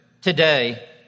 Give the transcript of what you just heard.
today